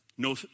No